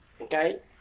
Okay